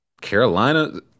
Carolina